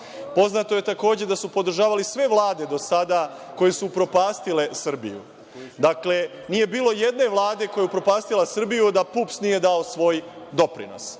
života. Poznato je takođe da su podržavali sve Vlade do sada koje su upropastile Srbiju. Dakle, nije bilo nijedne Vlade koja je upropastila Srbiju, a da PUPS nije dao svoj doprinos.